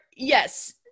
yes